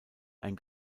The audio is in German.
ein